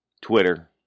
Twitter